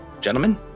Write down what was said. gentlemen